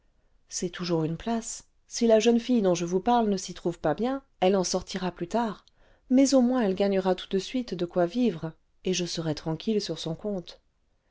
c'est toujours une place si la jeune fille dont je vous parle ne s'y trouve pas bien elle en sortira plus tard mais au moins elle gagnera tout de suite de quoi vivre et je serai tranquille sur son compte